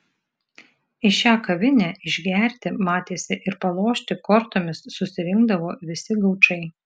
į šią kavinę išgerti matėsi ir palošti kortomis susirinkdavo visi gaučai